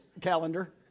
calendar